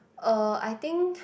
uh I think